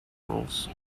roles